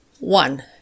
One